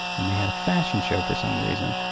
and they had a fashion show for some reason,